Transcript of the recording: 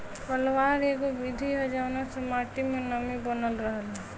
पलवार एगो विधि ह जवना से माटी मे नमी बनल रहेला